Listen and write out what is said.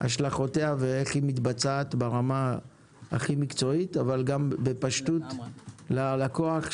השלכותיה ואיך היא מתבצעת ברמה הכי מקצועית אבל גם בפשטות ללקוח,